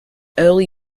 early